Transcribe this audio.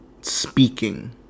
speaking